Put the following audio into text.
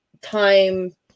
Time